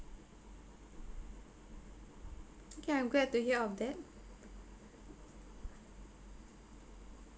okay I'm glad to hear of that